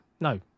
No